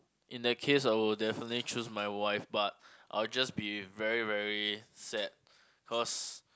in that case I will definitely choose my wife but I'll just be very very sad cause